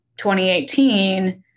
2018